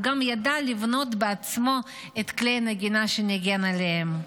הוא גם ידע לבנות בעצמו את כלי הנגינה שניגן בהם.